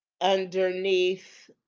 underneath